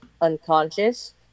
unconscious